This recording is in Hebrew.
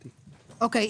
אוקיי,